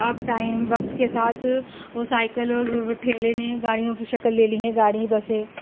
اب ٹائم وقت کے ساتھ وہ سائیکل ٹھیلے نے گاڑیوں کی شکل لے لی ہے گاڑی بسیں